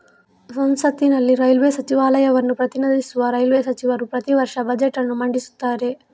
ಸಂಸತ್ತಿನಲ್ಲಿ ರೈಲ್ವೇ ಸಚಿವಾಲಯವನ್ನು ಪ್ರತಿನಿಧಿಸುವ ರೈಲ್ವೇ ಸಚಿವರು ಪ್ರತಿ ವರ್ಷ ಬಜೆಟ್ ಅನ್ನು ಮಂಡಿಸುತ್ತಾರೆ